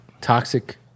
Toxic